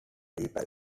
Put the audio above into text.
people